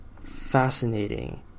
fascinating